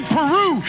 Peru